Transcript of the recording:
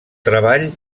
treball